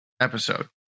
episode